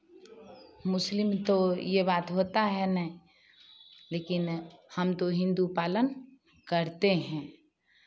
मुस्लिम तो ये बात होता है नहीं लेकिन हम तो हिन्दू पालन करते हैं